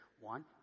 One